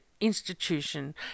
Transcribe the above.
institution